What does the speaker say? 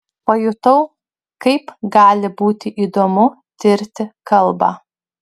pajutau kaip gali būti įdomu tirti kalbą